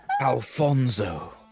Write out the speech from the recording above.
Alfonso